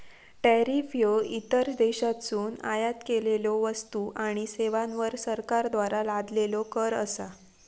tariff ह्यो इतर देशांतसून आयात केलेल्यो वस्तू आणि सेवांवर सरकारद्वारा लादलेलो कर असा